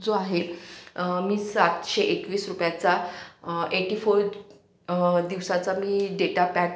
जो आहे मी सातशे एकवीस रुपयाचा एटी फोर दिवसाचा मी डेटा पॅक